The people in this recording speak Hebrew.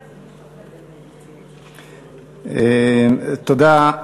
תודה,